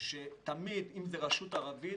ואם זאת רשות ערבית,